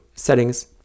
Settings